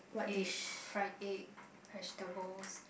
egg fried egg vegetables